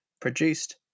produced